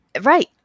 Right